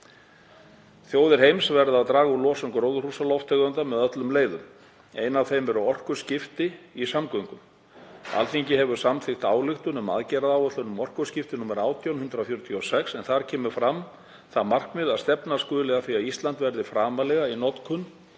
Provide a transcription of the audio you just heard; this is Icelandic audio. Þjóðir heims verða að draga úr losun gróðurhúsalofttegunda með öllum leiðum. Ein af þeim er orkuskipti í samgöngum. Alþingi hefur samþykkt ályktun um aðgerðaáætlun um orkuskipti, nr. 18/146, en þar kemur fram það markmið að stefna skuli að því Ísland verði framarlega í notkun